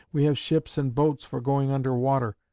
we have ships and boats for going under water,